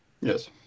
Yes